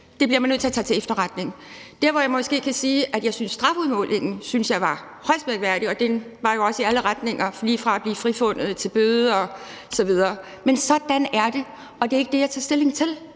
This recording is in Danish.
det bliver man nødt til at tage til efterretning. Men jeg kan måske sige, at jeg synes, strafudmålingen var højst mærkværdig, og den var jo også i alle retninger, lige fra at blive frifundet til bøde osv. Men sådan er det, og det er ikke det, jeg tager stilling til,